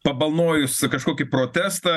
pabalnojus kažkokį protestą